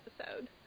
episode